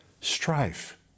strife